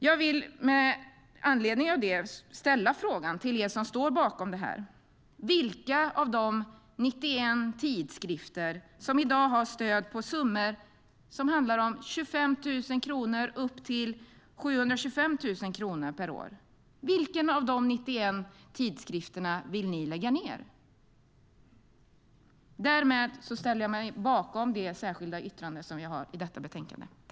Jag vill med anledning av det fråga er som står bakom betänkandet: Vilka av de 91 tidskrifter som i dag har stöd på summor från 25 000 kronor upp till 725 000 kronor per år vill ni lägga ned? Därmed ställer jag mig bakom det särskilda yttrande som vi har i betänkandet.